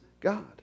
God